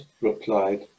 replied